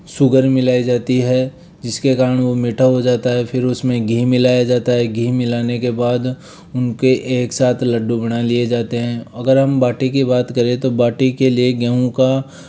sugar मिलाई जाती है जिसके कारण वह मीठा हो जाता है फिर उसमें घी मिलाया जाता है घी मिलाने के बाद उनके एक साथ लड्डू बना लिए जाते हैं और अगर हम बाटी की बात करें तो बाटी के लिए गेहूँ का